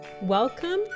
Welcome